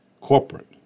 corporate